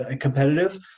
competitive